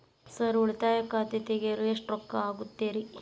Sir ಉಳಿತಾಯ ಖಾತೆ ತೆರೆಯಲು ಎಷ್ಟು ರೊಕ್ಕಾ ಆಗುತ್ತೇರಿ?